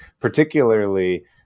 particularly